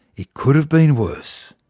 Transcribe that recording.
it could have been worse.